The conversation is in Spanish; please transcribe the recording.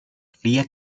quería